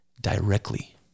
directly